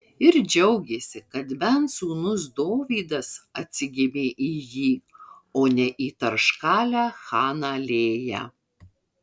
ir džiaugėsi kad bent sūnus dovydas atsigimė į jį o ne į tarškalę chaną lėją